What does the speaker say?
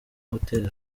hotel